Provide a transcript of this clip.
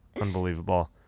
Unbelievable